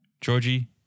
Georgie